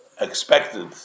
expected